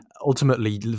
ultimately